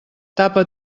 tapa